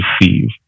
receive